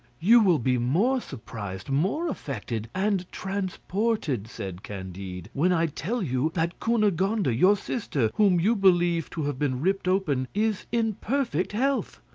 you will be more surprised, more affected, and transported, said candide, when i tell you that cunegonde, your sister, whom you believe to have been ripped open, is in perfect health.